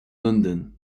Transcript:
london